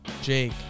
Jake